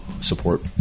support